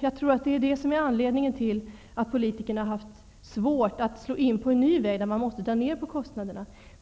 Jag tror att det är det som är anledningen till att politikerna har haft svårt att slå in på en ny väg när man måste dra ned på kostnaderna.